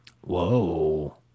Whoa